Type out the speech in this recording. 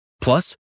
Plus